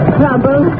trouble